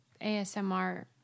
ASMR